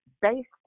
based